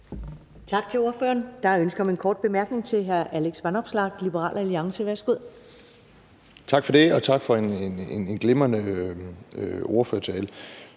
Tak til ordføreren. Der er ønske om en kort bemærkning til hr. Alex Vanopslagh, Liberal Alliance. Værsgo. Kl. 14:45 Alex Vanopslagh (LA): Tak for det. Og tak for en glimrende ordførertale.